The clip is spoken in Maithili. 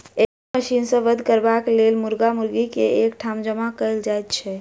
एहि मशीन सॅ वध करबाक लेल मुर्गा मुर्गी के एक ठाम जमा कयल जाइत छै